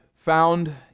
found